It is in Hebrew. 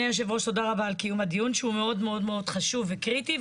שהוא מאוד מאוד חשוב וקריטי.